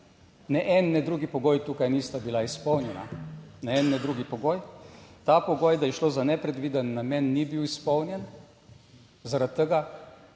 Ne en ne drugi pogoj. Tukaj nista bila izpolnjena ne en ne drugi pogoj. Ta pogoj, da je šlo za nepredviden namen, ni bil izpolnjen zaradi tega,